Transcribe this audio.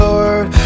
Lord